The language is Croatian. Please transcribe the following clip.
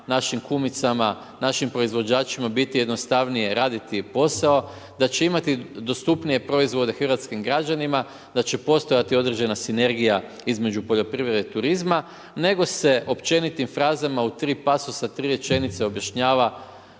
našim kumicama našim proizvođačima biti jednostavnije raditi posao, da će imati dostupnije proizvode hrvatskim građanima, da će postojati određena sinergija između poljoprivrede i turizma, nego se općenitim frazama u tri pasosa, u tri rečenice objašnjava